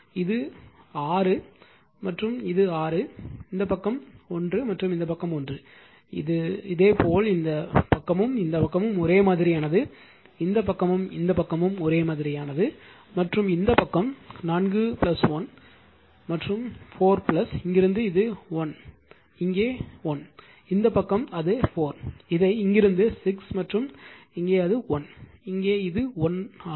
இது 6 இது 6 மற்றும் இந்த பக்கம் 1 மற்றும் இந்த பக்கம் 1 இது இதேபோல் இந்த பக்கமும் இந்த பக்கமும் ஒரே மாதிரியானது இந்த பக்கமும் இந்த பக்கமும் ஒரே மாதிரியானது மற்றும் இந்த பக்கம் 4 1 மற்றும் 4 இங்கிருந்து இது 1 இங்கே 1 இந்த பக்கம் அது 4 இதை இங்கிருந்து 6 மற்றும் இங்கே அது 1 இங்கே இது 1 ஆகும்